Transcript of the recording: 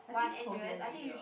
I think forget already lah